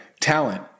talent